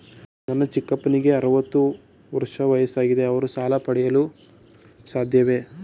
ನನ್ನ ಚಿಕ್ಕಪ್ಪನಿಗೆ ಅರವತ್ತು ವರ್ಷ ವಯಸ್ಸಾಗಿದೆ ಅವರು ಸಾಲ ಪಡೆಯಲು ಸಾಧ್ಯವೇ?